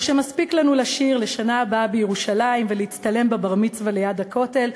או שמספיק לנו לשיר "לשנה הבאה בירושלים" ולהצטלם בבר-מצווה בכותל,